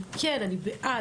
אני בעד,